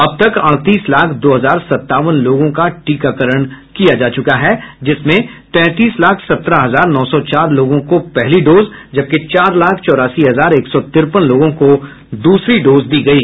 अब तक अड़तीस लाख दो हजार सतावन लोगों का टीकाकरण हो चुका है जिसमें तैंतीस लाख सत्रह हजार नौ सौ चार लोगों को पहली डोज जबकि चार लाख चौरासी हजार एक सौ तिरपन लोगों को दूसरी डोज दी गयी